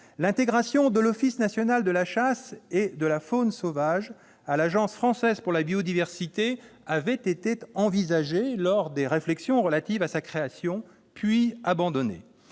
L'intégration de l'Office national de la chasse et de la faune sauvage à l'Agence française pour la biodiversité avait été envisagée lors les réflexions relatives à la création de